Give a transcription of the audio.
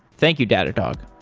thank you, datadog